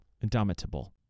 indomitable